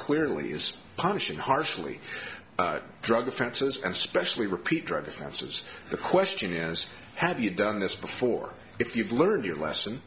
clearly is punishing harshly drug offenses and especially repeat drugs have since the question is have you done this before if you've learned your lesson